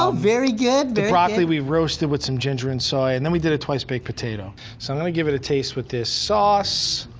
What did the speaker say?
um very good. the broccoli we roasted with some ginger and soy and then we did a twice baked potato. so i'm gonna give it a taste with this sauce.